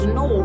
no